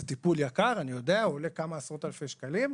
אני יודע שזה טיפול יקר, כמה עשרות אלפי שקלים,